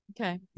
Okay